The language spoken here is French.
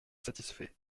satisfait